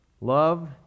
Love